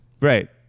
Right